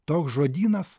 toks žodynas